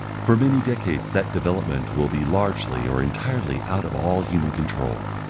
for many decades that development will be largely or entirely out of all human control.